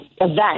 event